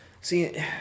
See